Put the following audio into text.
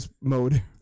mode